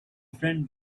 friend